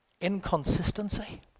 inconsistency